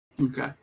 Okay